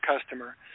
customer